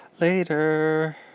Later